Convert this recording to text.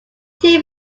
team